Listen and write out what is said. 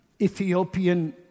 Ethiopian